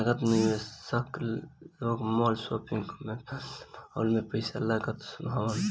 संथागत निवेशक लोग माल, शॉपिंग कॉम्प्लेक्स, सिनेमाहाल में पईसा लगावत हवन